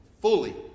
fully